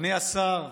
אדוני השר,